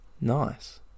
Nice